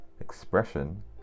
expression